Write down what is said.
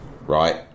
right